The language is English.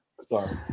Sorry